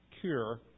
cure